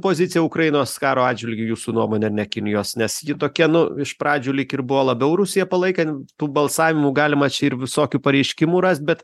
pozicija ukrainos karo atžvilgiu jūsų nuomone ne kinijos nes ji tokia nu iš pradžių lyg ir buvo labiau rusiją palaikan tų balsavimų galima čia ir visokių pareiškimų rast bet